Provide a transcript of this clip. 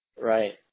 Right